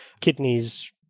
kidneys